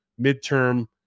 midterm